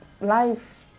life